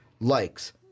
likes